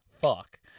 fuck